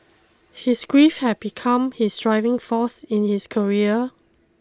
his grief had become his driving force in his career